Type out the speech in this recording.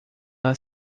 ela